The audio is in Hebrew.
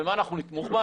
במה אנחנו נתמוך בה?